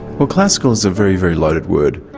well, classical is a very, very loaded word.